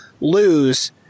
lose